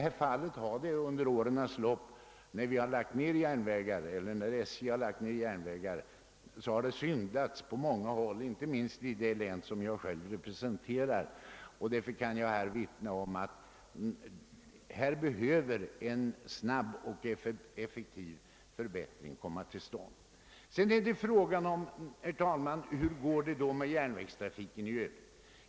När SJ under årens lopp lagt ned järnvägar, har det syndats därvidlag på många håll, inte minst i det län jag själv representerar. Därför kan jag här vittna om att en snabb och effektiv förbättring måste komma till stånd. Hur går det då, herr talman, med järnvägstrafiken i övrigt?